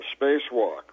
spacewalk